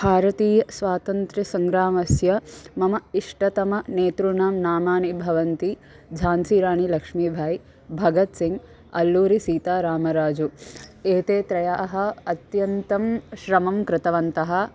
भारतीयस्वातन्त्र्यसङ्ग्रामस्य मम इष्टतमनेतॄणां नामानि भवन्ति झान्सीराणि लक्ष्मीभाय् भगत्सिङ्ग् अल्लूरि सीतारामराजु एते त्रयाः अत्यन्तं श्रमं कृतवन्तः